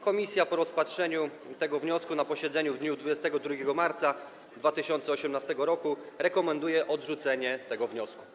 Komisja po rozpatrzeniu tego wniosku na posiedzeniu w dniu 22 marca 2018 r. rekomenduje odrzucenie tego wniosku.